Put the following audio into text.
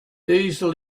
diesel